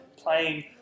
playing